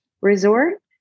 resort